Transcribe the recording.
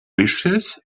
wishes